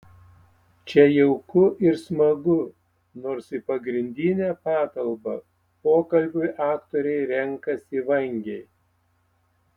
čia jauku ir smagu nors į pagrindinę patalpą pokalbiui aktoriai renkasi vangiai